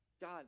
God